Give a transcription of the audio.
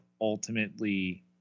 ultimately